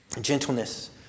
gentleness